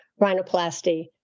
rhinoplasty